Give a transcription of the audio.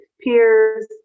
peers